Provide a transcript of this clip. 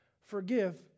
forgive